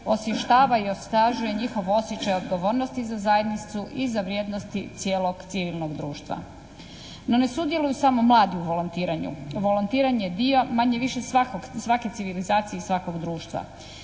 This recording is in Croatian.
osvještava i osnažuje njihov osjećaj odgovornosti za zajednicu i za vrijednosti cijelog civilnog društva. No ne sudjeluju samo mladi u volontiranju. Volontiranje je dio manje-više svake civilizacije i svakog društva.